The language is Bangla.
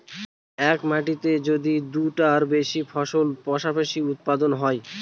এক মাটিতে যদি দুইটার বেশি ফসল পাশাপাশি উৎপাদন হয়